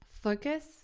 focus